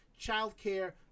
childcare